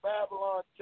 Babylon